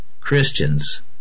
Christians